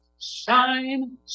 shine